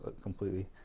Completely